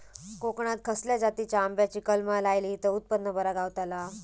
कोकणात खसल्या जातीच्या आंब्याची कलमा लायली तर उत्पन बरा गावताला?